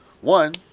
One